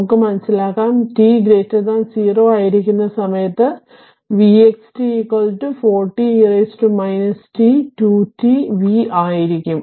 നമുക്ക് മനസിലാക്കാം t 0 ആയിരിക്കുന്ന സമയത്തു vx t 40 e t 2 t V ആയിരിക്കും